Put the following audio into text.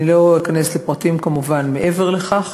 אני לא אכנס לפרטים, כמובן, מעבר לכך,